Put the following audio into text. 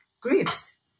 groups